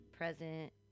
Present